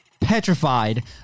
petrified